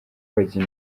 bajya